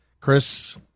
Chris